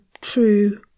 true